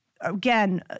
Again